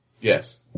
Yes